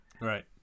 Right